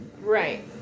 Right